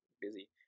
Busy